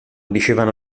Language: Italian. dicevano